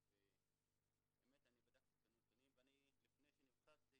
ואני בדקתי את הנתונים ולפני שנבחרתי